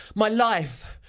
my life,